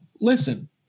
listen